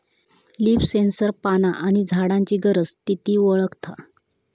leaf sensor पाना आणि झाडांची गरज, स्थिती वळखता